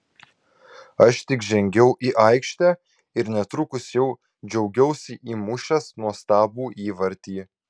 aš tik žengiau į aikštę ir netrukus jau džiaugiausi įmušęs nuostabų įvartį